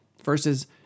Versus